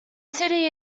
city